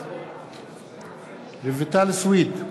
בעד רויטל סויד,